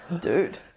Dude